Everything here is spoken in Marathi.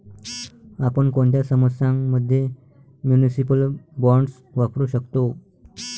आपण कोणत्या समस्यां मध्ये म्युनिसिपल बॉण्ड्स वापरू शकतो?